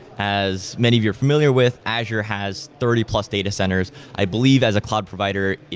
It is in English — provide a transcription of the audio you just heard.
as many of you are familiar with, azure has thirty plus data centers. i believe as a cloud provider,